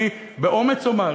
אני באומץ אומר,